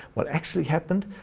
what actually happened,